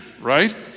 right